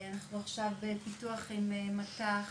אנחנו עכשיו בפיתוח עם מט"ח